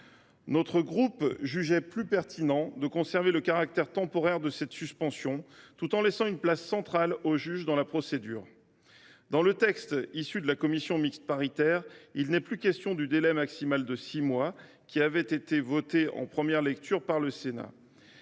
Notre groupe jugeait plus pertinent de conserver le caractère temporaire de cette suspension tout en laissant une place centrale au juge dans la procédure. Dans le texte issu des travaux de la commission mixte paritaire, il n’est plus question du délai maximal de six mois, voté en première lecture par le Sénat.